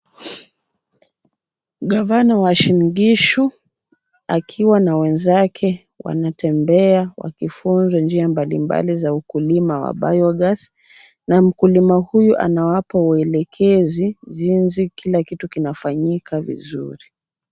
Gavana wa Uasin Gishu akiwa na wenzake wanatembea wakifunzwa njia mbalimbali za ukulima wa bio-gas na mkulima huyu anawapa uelekezi jinsi kila kitu kinafanyika vizuri.